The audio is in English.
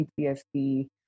PTSD